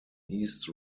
east